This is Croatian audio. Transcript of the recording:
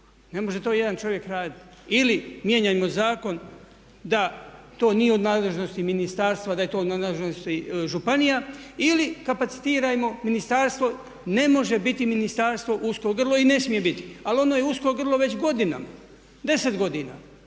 ne može to jedan čovjek raditi. Ili mijenjajmo zakon da to nije u nadležnosti ministarstva, da je to na nadležnosti županija ili kapacitirajmo ministarstvo, ne može biti ministarstvo usko grlo i ne smije biti. Ali ono je usko grlo već godinama, deset godina